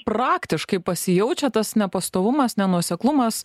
praktiškai pasijaučia tas nepastovumas nenuoseklumas